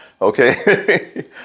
Okay